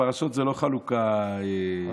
הפרשות זה לא חלוקה קריטית.